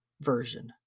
version